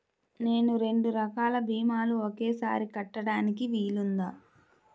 నేను రెండు రకాల భీమాలు ఒకేసారి కట్టడానికి వీలుందా?